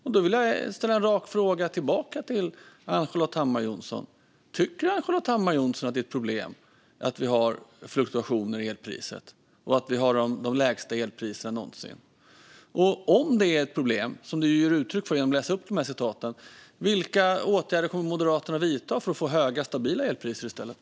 Jag vill ställa en rak fråga tillbaka till Ann-Charlotte Hammar Johnsson: Tycker Ann-Charlotte Hammar Johnsson att det är ett problem att vi har fluktuationer i elpriset och att vi har de lägsta elpriserna någonsin? Om det är ett problem, som du ger uttryck för genom att läsa upp dessa citat, vilka åtgärder kommer Moderaterna att vidta för att få höga stabila elpriser i stället?